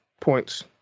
points